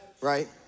Right